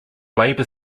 labor